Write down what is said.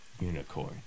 unicorn